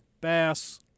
bass